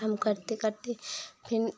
काम करते करते फिर